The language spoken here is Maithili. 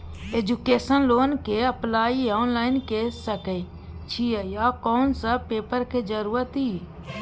एजुकेशन लोन के अप्लाई ऑनलाइन के सके छिए आ कोन सब पेपर के जरूरत इ?